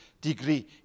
degree